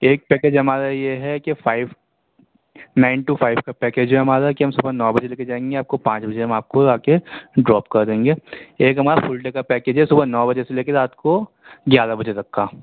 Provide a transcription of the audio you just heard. ایک پیکیج ہمارا یہ ہے کہ فائیو نائن ٹو فائیو کا پیکیج ہے ہمارا کہ ہم صبح نو بجے لے کے جائیں گے آپ کو پانچ بجے ہم آپ کو لا کے ڈراپ کردیں گے ایک ہمارا فل ڈے کا پیکیج ہے صبح نو بجے سے لے کے رات کو گیارہ بجے تک کا